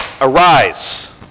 Arise